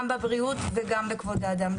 גם בבריאות וגם בכבוד האדם.